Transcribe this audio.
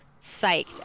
psyched